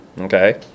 Okay